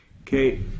Okay